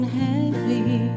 heavy